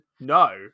no